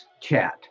Chat